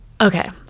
Okay